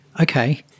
Okay